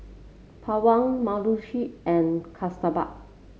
Pawan Mukesh and Kasturba